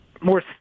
more